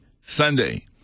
Sunday